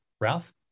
Ralph